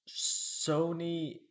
Sony